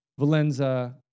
Valenza